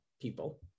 people